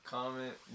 Comment